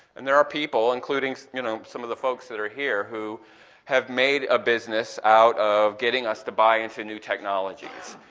and there are people including so you know some of the folks that are here who have made a business out of getting us to buy into new technologies,